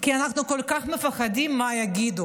כי אנחנו כל כך מפחדים מה יגידו.